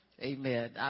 amen